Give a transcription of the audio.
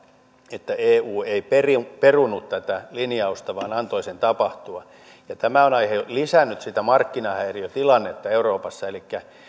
että eu ei perunut perunut tätä linjausta vaan antoi sen tapahtua tämä on lisännyt sitä markkinahäiriötilannetta euroopassa elikkä